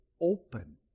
open